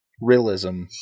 realism